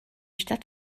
stadt